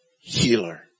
healer